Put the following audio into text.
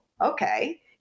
okay